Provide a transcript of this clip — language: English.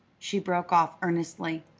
she broke off earnestly.